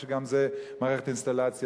אף שגם זו מערכת אינסטלציה,